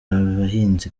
abahinzi